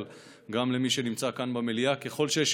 אבל גם למי שנמצא כאן במליאה: ככל שיש